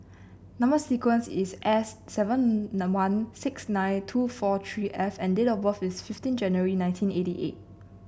number sequence is S seven one six nine two four three F and date of birth is fifteen January nineteen eighty eight